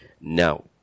Now